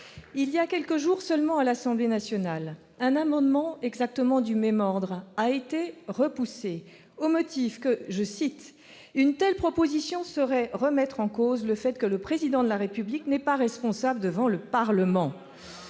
il y a quelques jours seulement, à l'Assemblée nationale, un amendement exactement du même ordre a été repoussé au motif qu'adopter « une telle proposition serait remettre en cause le fait que le Président de la République n'est pas responsable devant le Parlement ».